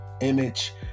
image